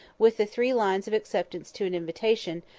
with the three lines of acceptance to an invitation,